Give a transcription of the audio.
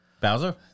Bowser